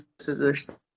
scissors